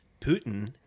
Putin